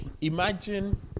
Imagine